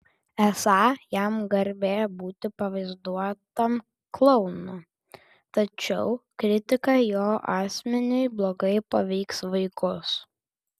esą jam garbė būti pavaizduotam klounu tačiau kritika jo asmeniui blogai paveiks vaikus